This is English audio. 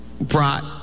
brought